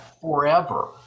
forever